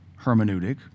hermeneutic